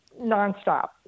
nonstop